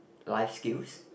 life skills